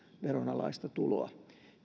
veronalaista tuloa